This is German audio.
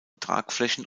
tragflächen